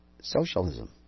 Socialism